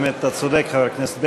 באמת, אתה צודק, חבר הכנסת בגין.